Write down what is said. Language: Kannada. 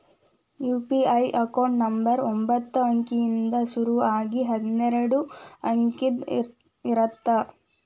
ಯು.ಪಿ.ಐ ಅಕೌಂಟ್ ನಂಬರ್ ಒಂಬತ್ತ ಅಂಕಿಯಿಂದ್ ಶುರು ಆಗಿ ಹನ್ನೆರಡ ಅಂಕಿದ್ ಇರತ್ತ